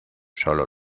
sólo